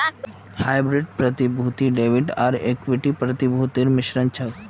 hybrid प्रतिभूति debit आर equity प्रतिभूतिर मिश्रण छ